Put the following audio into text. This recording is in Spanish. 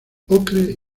ocre